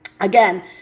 Again